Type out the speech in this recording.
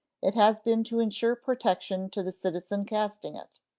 it has been to insure protection to the citizen casting it,